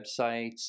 websites